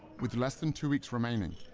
with less than two weeks remaining,